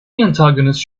antagonist